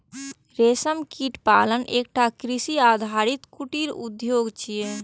रेशम कीट पालन एकटा कृषि आधारित कुटीर उद्योग छियै